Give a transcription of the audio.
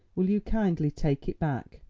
will you kindly take it back?